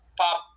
Pop